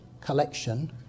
collection